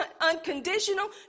unconditional